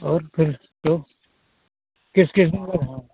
और फिर तो किस किस हैं